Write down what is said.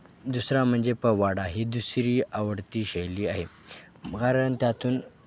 दुसरा म्हणजे पोवाडा ही दुसरी आवडती शैली आहे कारण त्यातून